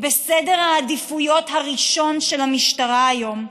בסדר העדיפויות הראשון של המשטרה היום.